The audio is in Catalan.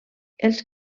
els